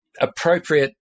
appropriate